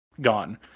gone